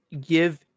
give